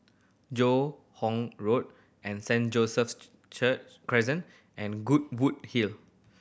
Joo Hoon Road Saint John's church Crescent and Goodwood Hill